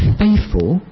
faithful